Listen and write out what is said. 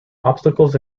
obstacles